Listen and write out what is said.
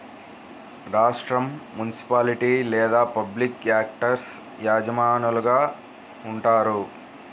రాష్ట్రం, మునిసిపాలిటీ లేదా పబ్లిక్ యాక్టర్స్ యజమానులుగా ఉంటారు